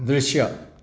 दृश्य